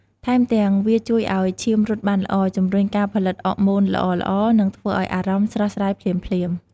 ថែមទាំង វាជួយឲ្យឈាមរត់បានល្អ ជំរុញការផលិតអរម៉ូនល្អៗ និងធ្វើឲ្យអារម្មណ៍ស្រស់ស្រាយភ្លាមៗ។